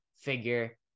figure